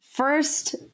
First